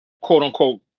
quote-unquote